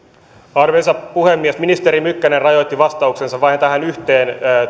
arvoisa puhemies ministeri mykkänen rajoitti vastauksensa vain tähän yhteen